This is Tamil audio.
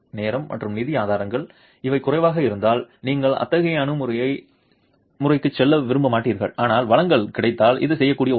நேரம் மற்றும் நிதி ஆதாரங்கள் அவை குறைவாக இருந்தால் நீங்கள் அத்தகைய அணுகுமுறைக்கு செல்ல விரும்ப மாட்டீர்கள் ஆனால் வளங்கள் கிடைத்தால் இது செய்யக்கூடிய ஒன்று